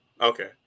Okay